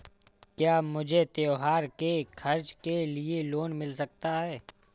क्या मुझे त्योहार के खर्च के लिए लोन मिल सकता है?